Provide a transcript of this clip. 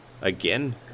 again